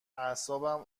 اعصابم